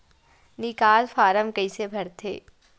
निकास फारम कइसे भरथे?